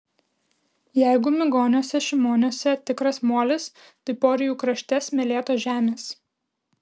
jeigu migoniuose šimoniuose tikras molis tai porijų krašte smėlėtos žemės